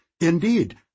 Indeed